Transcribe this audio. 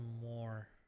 more